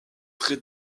très